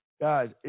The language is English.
Guys